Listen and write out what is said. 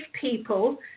people